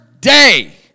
day